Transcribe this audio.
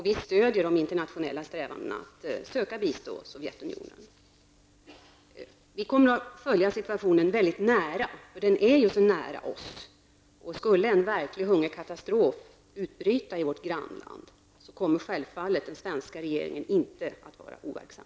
Vi stöder de internationella strävandena att söka ge bistånd till Sovjetunionen. Vi kommer att följa situationen väldigt nära, för den är nära oss. Skulle en verklig hungerkatastrof utbryta i vårt grannland, kommer självfallet den svenska regeringen inte att vara overksam.